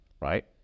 right